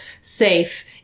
safe